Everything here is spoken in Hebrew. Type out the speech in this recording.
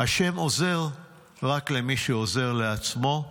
השם עוזר רק למי שעוזר לעצמו,